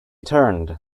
turned